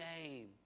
name